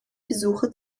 besucher